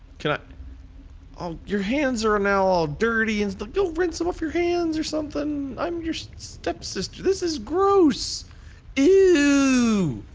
can ah um your hands are now all dirty and stuff go rinse off your hands, or something, i'm your step-sister, this is gross ewww!